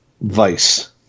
Vice